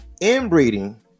inbreeding